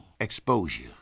Exposure